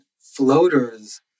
floaters